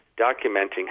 documenting